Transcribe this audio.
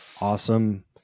awesome